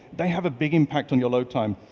they have a big impact on your load time.